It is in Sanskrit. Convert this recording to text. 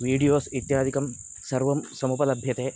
विडियोस् इत्यादिकं सर्वं समुपलभ्यते